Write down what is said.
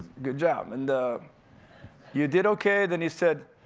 good job. and you did okay, then he said,